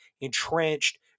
entrenched